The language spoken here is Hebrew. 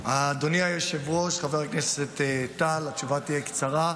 אדוני היושב-ראש, חבר הכנסת טל, התשובה תהיה קצרה: